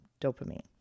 dopamine